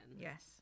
Yes